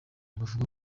bavuga